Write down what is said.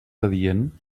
adient